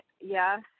yes